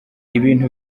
ibintu